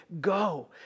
go